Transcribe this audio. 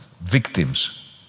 victims